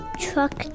truck